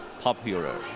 popular